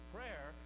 Prayer